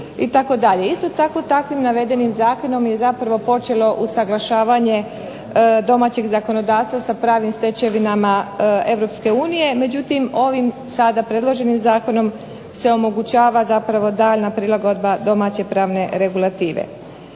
Isto tako takvim navedenim zakonom je zapravo počelo usuglašavanje domaćeg zakonodavstva sa pravnim stečevinama EU. Međutim, ovim sada predloženim zakonom se omogućava zapravo daljnja prilagodba domaće pravne regulative.